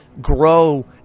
grow